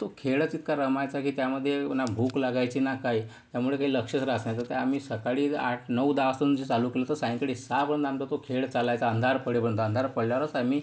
तो खेळच इतका रमायचा की त्यामध्ये ना भूक लागायची ना काही त्यामुळे काही लक्षच राहात नसायचं तर आम्ही सकाळी आठ नऊ दहा वाजता जे चालू केलं तर सायंकाळी सहापर्यंत आमचा तो खेळ चालायचा अंधार पडेपर्यंत अंधार पडल्यावरच आम्ही